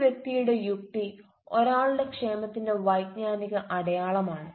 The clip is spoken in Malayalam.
ഒരു വ്യക്തിയുടെ യുക്തി ഒരാളുടെ ക്ഷേമത്തിന്റെ വൈജ്ഞാനിക അടയാളങ്ങളാണ്